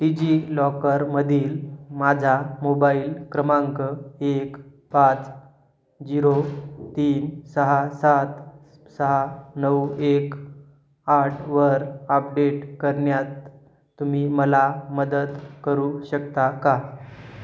Digi लॉकरमधील माझा mobile क्रमांक एक पाच झिरो तीन सहा सात सहा नऊ एक आठवर अपडेट करण्यात तुम्ही मला मदत करू शकता का